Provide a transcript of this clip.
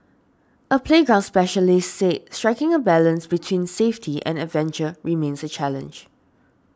a playground specialist said striking a balance between safety and adventure remains a challenge